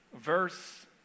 verse